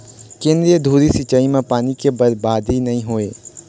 केंद्रीय धुरी सिंचई म पानी के बरबादी नइ होवय